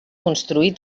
construir